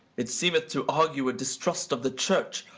it seemeth to argue a distrust of the church,